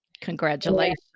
Congratulations